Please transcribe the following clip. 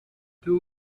two